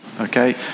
Okay